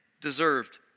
deserved